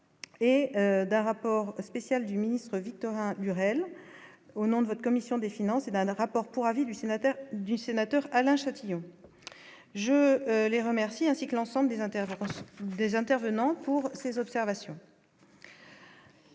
et d'un rapport spécial du ministre Victorin Lurel au nom de votre commission des finances, et dans le rapport pour avis du sénateur du sénateur Alain Châtillon, je les remercie, ainsi que l'ensemble des intervenants, des intervenants